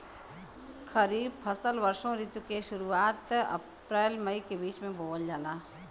खरीफ फसल वषोॅ ऋतु के शुरुआत, अपृल मई के बीच में बोवल जाला